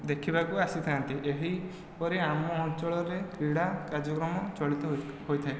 ଦେଖିବାକୁ ଆସିଥାନ୍ତି ଏହି ପରି ଆମ ଅଞ୍ଚଳରେ କ୍ରୀଡ଼ା କାର୍ଯ୍ୟକ୍ରମ ଚଳିତ ହୋଇଥାଏ